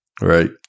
Right